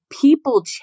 People